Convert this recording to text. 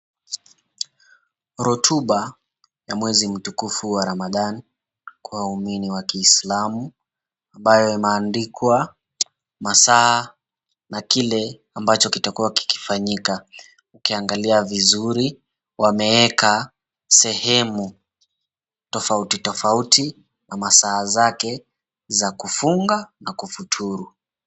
Rotuba ya mwezi mtukufu wa Ramadhan kwa waumini wa kiislamu ambaye imeandikwa masaa na kile ambacho kitakuwa kikifanyika ukiangalia vizuri wameeka sehemu tofauti tofauti na masaa zake za kufunga na kufuturu.